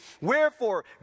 wherefore